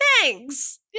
Thanks